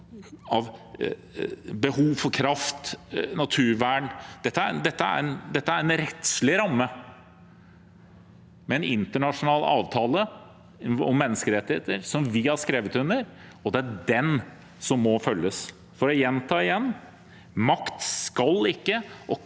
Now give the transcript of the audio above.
av behov for kraft eller naturvern. Dette er en rettslig ramme med en internasjonal avtale om menneskerettigheter, som vi har skrevet under. Det er den som må følges. Og jeg gjentar: Makt skal ikke